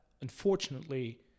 unfortunately